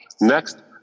Next